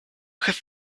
have